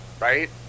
right